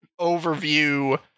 overview